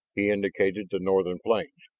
he indicated the northern plains.